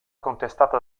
contestata